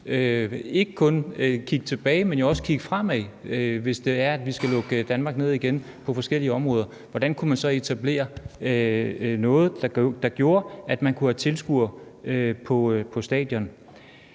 ikke kun kigge tilbage, men også fremad, hvis det er, at vi skal lukke Danmark ned igen på forskellige områder – hvordan man så kunne etablere noget, der gjorde, at man kunne have tilskuer på stadion.